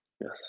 Yes